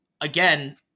again